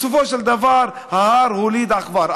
בסופו של דבר, ההר הוליד עכבר.